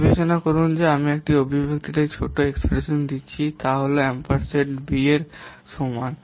বিবেচনা করুন যে আমি যে অভিব্যক্তিটিকে একটি ছোট এক্সপ্রেশন দিচ্ছি তা একটি এম্পারস্যান্ড বি এর সমান